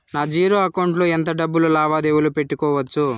నా zero account లో ఎంత డబ్బులు లావాదేవీలు పెట్టుకోవచ్చు?